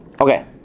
Okay